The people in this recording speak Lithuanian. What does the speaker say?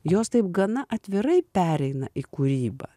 jos taip gana atvirai pereina į kūrybą